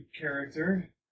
character